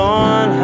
on